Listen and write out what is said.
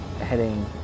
heading